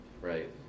Right